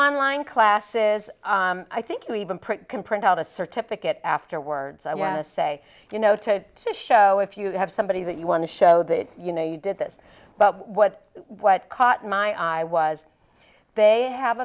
online classes i think you even print can print out a certificate afterwards i want to say you know to to show if you have somebody that you want to show that you know you did this but what what caught my eye was they have